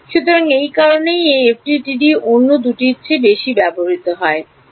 সুতরাং এই কারণেই এই এফডিটিডি অন্য দুটির চেয়ে বেশি ব্যবহৃত হয়